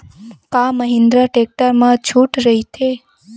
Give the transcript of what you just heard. का महिंद्रा टेक्टर मा छुट राइथे?